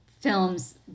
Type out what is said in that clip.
films